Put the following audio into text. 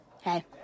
Hey